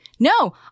No